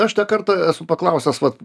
aš tą kartą esu paklausęs vat